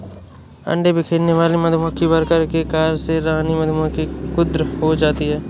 अंडे बिखेरने वाले मधुमक्खी वर्कर के कार्य से रानी मधुमक्खी क्रुद्ध हो जाती है